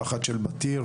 ואחת של בתיר,